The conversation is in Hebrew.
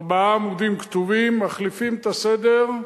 ארבעה עמודים כתובים, מחליפים את הסדר,